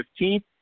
15th